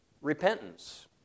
repentance